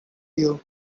you